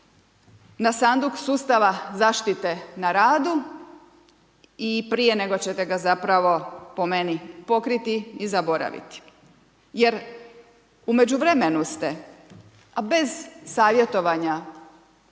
na sanduk sustava zaštite na radu i prije nego čete ga zapravo po meni pokriti i zaboraviti. Jer u međuvremenu ste a bez savjetovanja